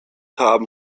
haben